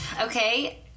Okay